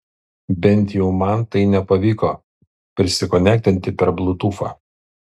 bent jau man tai nepavyko prisikonektinti per bliutūfą